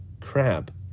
crab